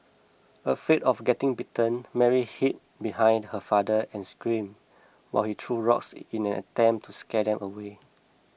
afraid of getting bitten Mary hid behind her father and screamed while he threw rocks in an attempt to scare them away